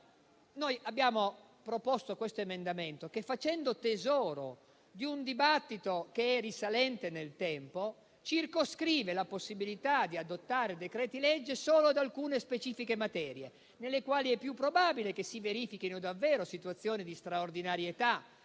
Noi abbiamo proposto l'emendamento 1.0.13 che, facendo tesoro di un dibattito risalente nel tempo, circoscrive la possibilità di adottare decreti-legge solo ad alcune specifiche materie, nelle quali è più probabile che si verifichino davvero situazioni di straordinaria